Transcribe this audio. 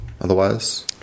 Otherwise